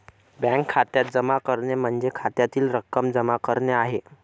bank खात्यात जमा करणे म्हणजे खात्यातील रक्कम जमा करणे आहे